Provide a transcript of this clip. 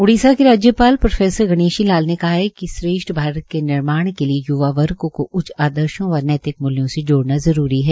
उड़ीसा के राज्यपाल प्रो गणेशी लाल ने कहा है श्रेष्ठ भारत के निर्माण के लिए य्वा वर्ग को उच्च आदर्शो व नैतिक मूल्यों से जोड़ना जरूरी है